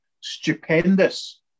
stupendous